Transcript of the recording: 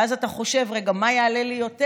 ואז אתה חושב: רגע, מה יעלה לי יותר?